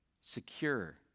Secure